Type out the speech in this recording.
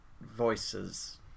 voices